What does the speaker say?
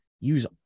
use